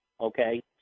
okay